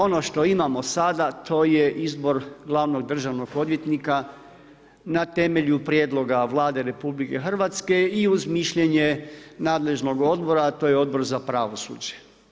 Ono što imamo sada, to je izbor glavnog državnog odvjetnika na temelju prijedloga Vlade RH i uz mišljenje nadležnog odbora a to je Odbor za pravosuđe.